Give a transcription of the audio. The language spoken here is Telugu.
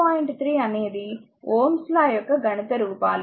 3 అనేది Ω's లాΩ's law యొక్క గణిత రూపాలు